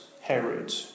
Herod